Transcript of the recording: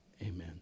Amen